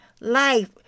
life